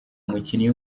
umukinnyi